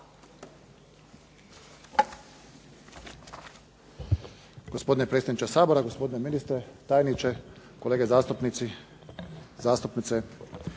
Hvala.